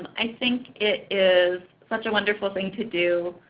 i think it is such a wonderful thing to do.